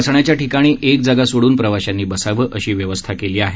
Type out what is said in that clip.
बसण्याच्या ठिकाणी एक जा ा सोडून प्रवाशांनी बसावं अशी व्यवस्था केली आहे